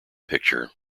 picture